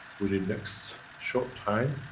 within next short time,